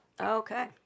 Okay